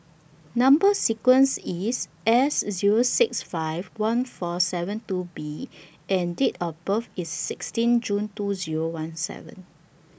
Number sequence IS S Zero six five one four seven two B and Date of birth IS sixteen June two Zero one seven